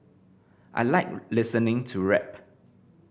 I like listening to rap